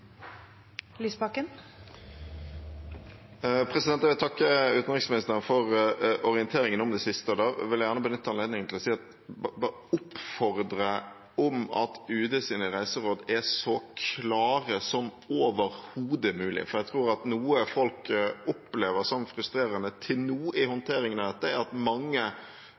Jeg vil takke utenriksministeren for orienteringen om det siste, og da vil jeg gjerne benytte anledningen til å oppfordre til at Utenriksdepartementets reiseråd er så klare som overhodet mulig. Jeg tror at noe folk har opplevd som frustrerende til nå i håndteringen av dette, er at mange